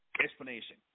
explanation